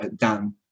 Dan